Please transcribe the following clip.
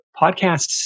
podcasts